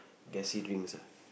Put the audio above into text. gassy drinks ah